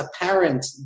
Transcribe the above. apparent